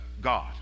God